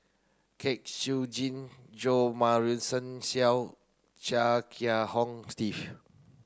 Kwek Siew Jin Jo Marion Seow Chia Kiah Hong Steve